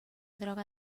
droga